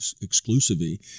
exclusively